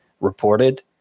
reported